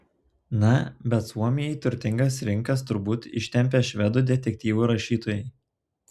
na bet suomį į turtingas rinkas turbūt ištempė švedų detektyvų rašytojai